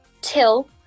Till